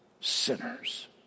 sinners